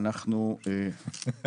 פרלמנט דה פרלה.